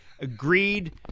agreed